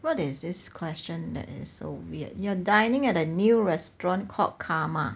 what is this question that is so weird you're dining at a new restaurant called karma